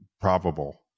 probable